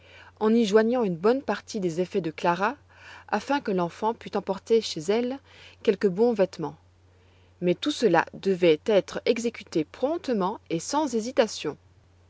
en y joignant une bonne partie des effets de clara afin que l'enfant pût emporter chez elle quelques bons vêtements mais tout cela devait être exécuté promptement et sans hésitation